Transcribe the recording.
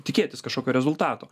tikėtis kažkokio rezultato